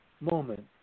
moment